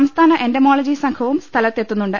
സംസ്ഥാന എന്റമോളജി സംഘവും സ്ഥലത്തെത്തുന്നുണ്ട്